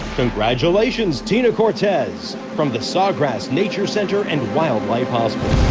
congratulations tina cortez from the sawgrass nature center and wildlife hospital